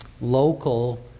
local